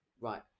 Right